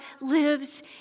lives